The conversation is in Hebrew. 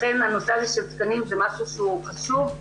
לכן הנושא של תקנים זה משהו שהוא חשוב,